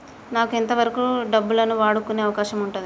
నాకు ఎంత వరకు డబ్బులను వాడుకునే అవకాశం ఉంటది?